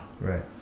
Right